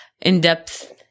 in-depth